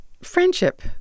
Friendship